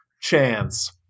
chance